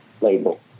label